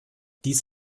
dies